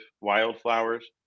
wildflowers